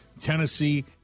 Tennessee